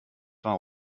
war